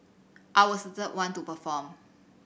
I was the third one to perform